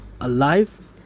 alive